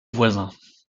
voisins